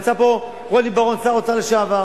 נמצא פה רוני בר-און, שר האוצר לשעבר.